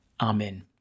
Amen